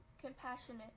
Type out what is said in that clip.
compassionate